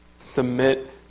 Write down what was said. submit